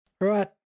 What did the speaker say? right